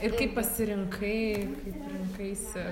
ir kaip pasirinkai kaip rinkaisi